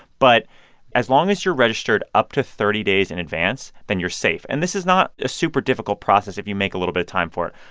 but as long as you're registered up to thirty days in advance, then you're safe, and this is not a super difficult process if you make a little bit of time for it.